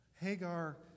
Hagar